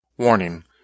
Warning